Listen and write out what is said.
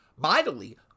mightily